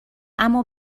اما